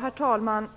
Herr talman!